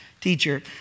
teacher